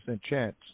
chance